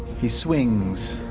he swings.